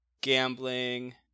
gambling